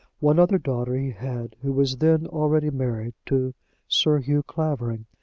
one other daughter he had, who was then already married to sir hugh clavering,